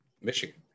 Michigan